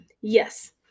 Yes